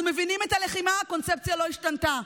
אנחנו מבינים את הלחימה, הקונספציה לא השתנתה.